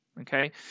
Okay